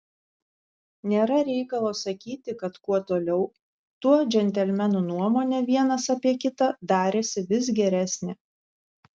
nėra reikalo sakyti kad kuo toliau tuo džentelmenų nuomonė vienas apie kitą darėsi vis geresnė